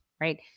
right